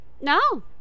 No